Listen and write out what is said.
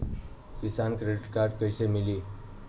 किसान credit card कइसे मिली?